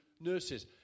nurses